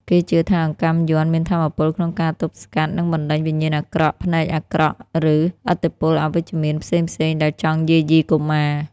គេជឿថាអង្កាំយ័ន្តមានថាមពលក្នុងការទប់ស្កាត់ និងបណ្តេញវិញ្ញាណអាក្រក់ ភ្នែកអាក្រក់ ឬឥទ្ធិពលអវិជ្ជមានផ្សេងៗដែលចង់យាយីកុមារ។